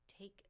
take